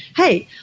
hey,